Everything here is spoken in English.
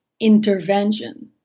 intervention